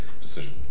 decision